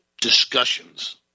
discussions